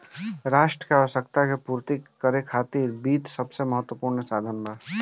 राष्ट्र के आवश्यकता के पूर्ति करे खातिर वित्त सबसे महत्वपूर्ण साधन बा